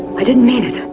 i didn't mean it,